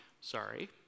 Sorry